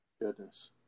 Goodness